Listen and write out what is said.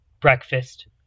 breakfast